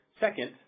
Second